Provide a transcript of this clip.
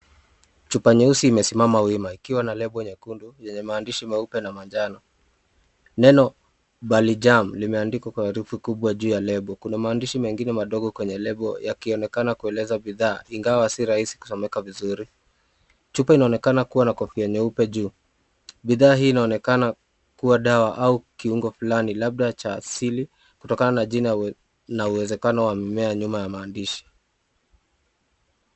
Chupa nyeusi imesimama wima, ikiwa na lebo nyekundu yenye maandishi meupe na manjano. Neno Balijam limeandikwa kwa herufi kubwa juu ya lebo. Kuna maandishi mengine madogo kwenye lebo yakionekana kueleza bidhaa, ingawa si rahisi kusomeka vizuri. Chupa inaonekana kuwa na kofia nyeupe juu. Bidhaa hii inaonekana kuwa dawa au kiungo fulani, labda cha asili, kutokana na jina na uwezekano wa mimea nyuma ya maandishi.